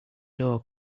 door